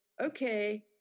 okay